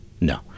No